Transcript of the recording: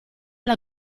alla